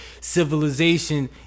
civilization